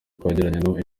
twagiranye